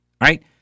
right